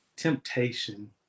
temptation